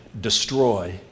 destroy